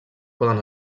poden